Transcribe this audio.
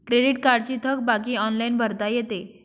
credit कार्डची थकबाकी online भरता येते